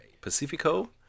Pacifico